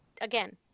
again